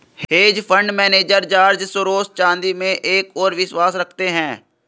hedge fund manager George Soros चांदी में एक और विश्वास रखते हैं